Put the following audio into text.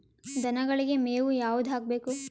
ದನಗಳಿಗೆ ಮೇವು ಯಾವುದು ಹಾಕ್ಬೇಕು?